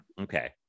okay